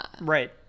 right